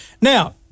Now